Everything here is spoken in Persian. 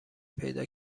پیدا